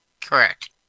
Correct